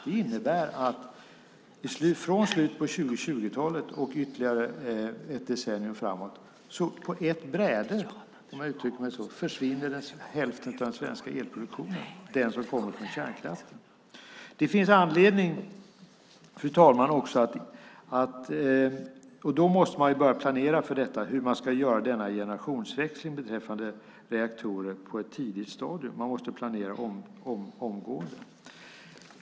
Det innebär att från slutet av 2020-talet och ytterligare ett decennium framåt försvinner hälften av den svenska elproduktionen på ett bräde - den som kommer från kärnkraften. Man måste alltså börja planera på ett tidigt stadium för hur man ska göra denna generationsväxling beträffande reaktorer. Man måste planera omgående.